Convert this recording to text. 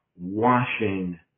washing